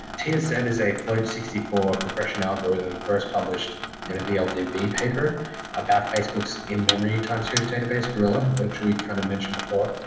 ts ed is a flight sixty four compression algorithm first published in a vldb paper about facebook's in memory time series database, guerilla, which we kind of mentioned before.